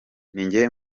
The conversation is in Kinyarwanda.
ninjye